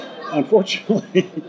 unfortunately